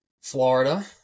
Florida